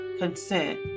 Consent